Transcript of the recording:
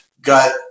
got